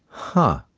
huh?